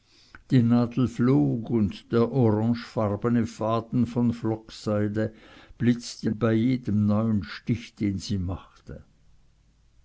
die nadel flog und der orangefarbene faden von flockseide blitzte bei jedem neuen stich den sie machte